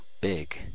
big